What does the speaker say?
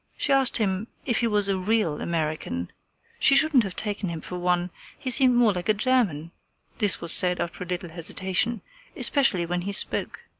she asked him if he was a real american she shouldn't have taken him for one he seemed more like a german this was said after a little hesitation especially when he spoke.